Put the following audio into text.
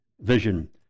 vision